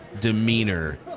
Demeanor